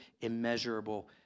immeasurable